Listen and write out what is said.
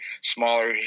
smaller